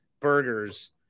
burgers